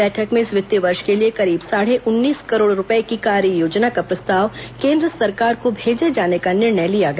बैठक में इस वित्तीय वर्ष के लिए करीब साढ़े उन्नीस करोड़ रूपए की कार्ययोजना का प्रस्ताव केंद्र सरकार को भेजे जाने का निर्णय लिया गया